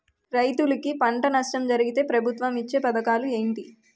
రైతులుకి పంట నష్టం జరిగితే ప్రభుత్వం ఇచ్చా పథకాలు ఏంటి?